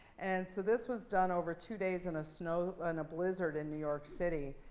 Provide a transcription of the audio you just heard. and so this was done over two days in a so and blizzard in new york city.